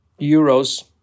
euros